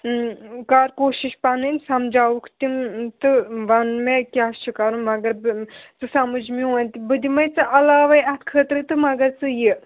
کَر کوٗشِش پَنٕنۍ سَمجاوُکھ تِم تہٕ وَن مےٚ کیٛاہ چھِ کَرُن مگر بہٕ ژٕ سَمٕج میون تہِ بہٕ دِمَے ژےٚ علاوَے اَتھ خٲطرٕ تہٕ مگر ژٕ یہِ